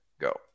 go